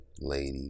lady